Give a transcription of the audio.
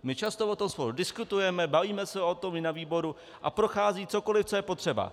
My často o tom spolu diskutujeme, bavíme se o tom i na výboru a prochází cokoliv, co je potřeba.